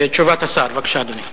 תשובת השר, בבקשה, אדוני.